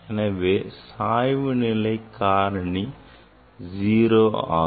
எனவே சாய்வு நிலை காரணி 0 ஆகும்